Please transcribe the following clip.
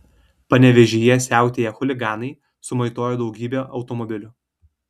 panevėžyje siautėję chuliganai sumaitojo daugybę automobilių